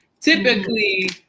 Typically